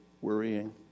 worrying